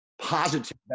positive